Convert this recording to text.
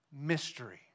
mystery